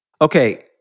Okay